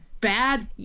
bad